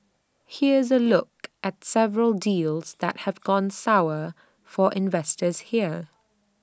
here's A look at several deals that have gone sour for investors here